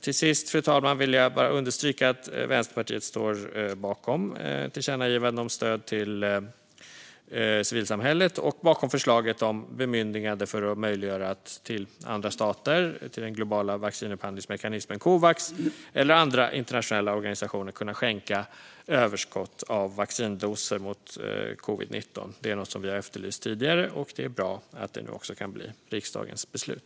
Till sist, fru talman, vill jag bara understryka att Vänsterpartiet står bakom tillkännagivandena om stöd till civilsamhället och förslaget om bemyndigande för att möjliggöra att till andra stater, till den globala vaccinupphandlingsmekanismen Covax eller till andra internationella organisationer skänka överskott av vaccindoser mot covid-19. Det är något som vi har efterlyst tidigare, och det är bra att det nu kan bli riksdagens beslut.